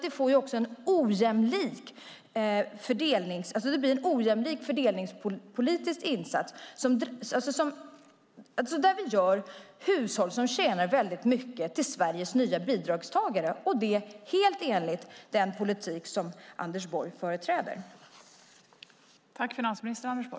Det blir alltså en ojämlik fördelningspolitisk insats när vi gör hushåll som tjänar mycket till Sveriges nya bidragstagare, och det är helt enligt den politik som Anders Borg företräder.